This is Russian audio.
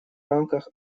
рамках